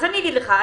אני אומר לך.